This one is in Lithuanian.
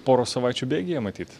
poros savaičių bėgyje matyt